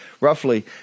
roughly